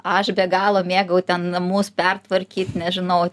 aš be galo mėgau ten namus pertvarkyt nežinau